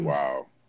Wow